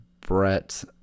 Brett